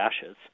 ashes